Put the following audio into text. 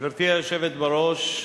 גברתי היושבת בראש,